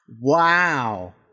Wow